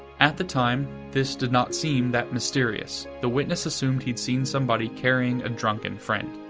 at the time, this did not seem that mysterious the witness assumed he'd seen somebody carrying a drunken friend.